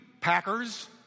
Packers